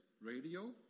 Radio